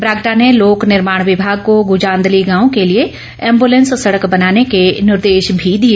बरागटा ने लोक निर्माण विमाग को गुजांदली गांव के लिए एम्बूलैंस सड़क बनाने के निर्देश भी दिए